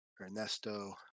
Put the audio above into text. Ernesto